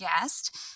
guest